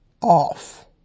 off